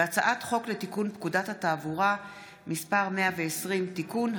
הצעת חוק לתיקון פקודת התעבורה (מס' 120) (תיקון),